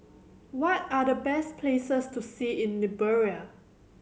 what are the best places to see in Liberia